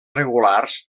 regulars